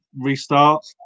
restart